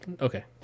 okay